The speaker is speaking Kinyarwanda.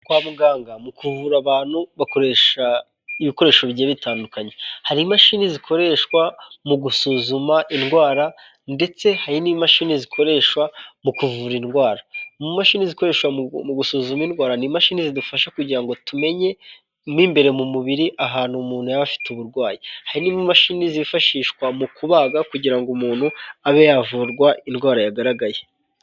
Mu kuvura abantu bakoresha ibikoresho bigiye bitandukanye. Hari imashini zikoreshwa mu gusuzuma indwara ndetse hari n'imashini zikoreshwa mu kuvura indwara. Mu mashini zikoreshwa mu gusuzuma indwara ni imashini zidufasha kugira ngo tumenye mu imbere mu mubiri ahantu umuntu yaba afite uburwayi. Hari n'imashini zifashishwa mu kubaga kugira ngo umuntu abe yavurwa indwara yagaragaye.